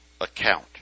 account